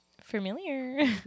familiar